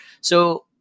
So-